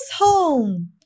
home